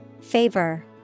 Favor